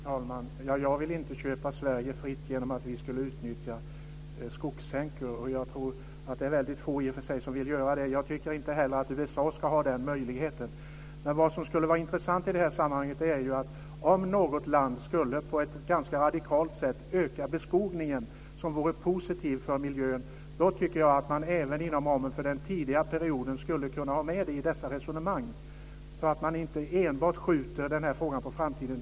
Fru talman! Jag vill inte köpa Sverige fritt genom att vi utnyttjar skogssänkor. Jag tror att det är få som vill göra det. Jag tycker inte heller att USA ska ha den möjligheten. Vad som skulle vara intressant i det här sammanhanget är att om något land skulle öka beskogningen ganska radikalt på ett sådant sätt att det vore positivt för miljön, kunde man inom ramen för den tidigare perioden ha med det i dessa resonemang så att man inte enbart skjuter den här frågan på framtiden.